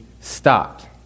stopped